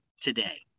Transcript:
today